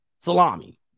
salami